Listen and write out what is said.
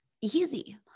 easy